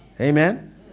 Amen